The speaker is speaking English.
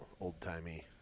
old-timey